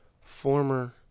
former